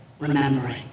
remembering